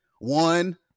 one